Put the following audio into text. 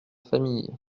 famille